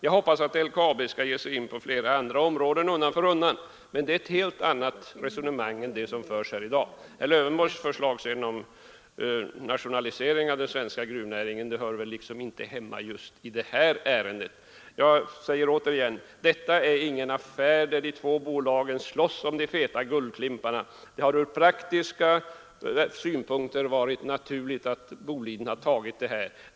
Jag hoppas att LKAB skall ge sig in på flera andra områden undan för undan, men det är ett helt annat resonemang än det som förs här i dag. Och herr Lövenborgs förslag om nationalisering av den svenska gruvnäringen hör väl inte hemma just i det här ärendet. Jag säger återigen: Detta är ingen affär där de två bolagen slåss om de feta guldklimparna. Det har ur praktiska synpunkter varit naturligt att Bolidenbolaget har tagit den här brytningen.